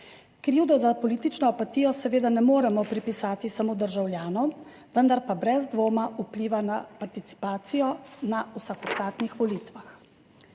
Krivdo za politično apatijo seveda ne moremo pripisati samo državljanom, vendar pa brez dvoma vpliva na participacijo na vsakokratnih volitvah.